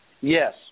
Yes